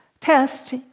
test